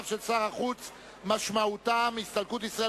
דבריו של שר החוץ שמשמעותם הסתלקות ישראל